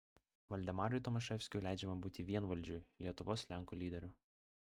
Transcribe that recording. valdemarui tomaševskiui leidžiama būti vienvaldžiui lietuvos lenkų lyderiu